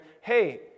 hey